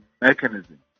mechanism